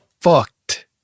fucked